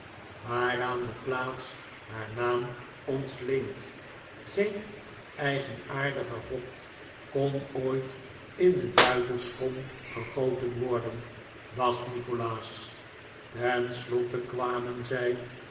portsmouth waaraan de plaats haar naam ontleent geen eigenaardiger vocht koii ooit in de duivelskom gegoten worden dacht nikolaas tenslotte kwamen zij